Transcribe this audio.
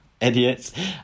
idiots